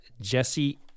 Jesse